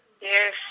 Yes